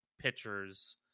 pitchers